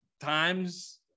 times